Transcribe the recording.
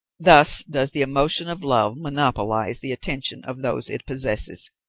thus does the emotion of love monopolize the attention of those it possesses,